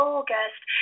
August